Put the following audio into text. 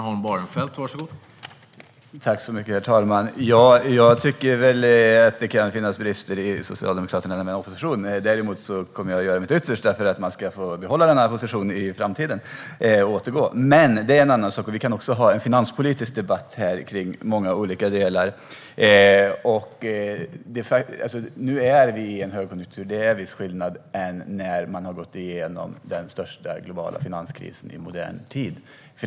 Herr talman! Jag tycker väl att det kan finnas brister hos Socialdemokraterna när de är i opposition, men jag kommer att göra mitt yttersta för att de ska få återgå till den positionen i framtiden. Men det är en annan sak, och vi kan också ha en finanspolitisk debatt här kring många olika frågor. Nu är vi i en högkonjunktur, och det är viss skillnad jämfört med när man har gått igenom den största globala finanskrisen i modern tid.